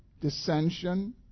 dissension